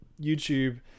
youtube